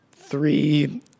three